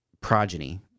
progeny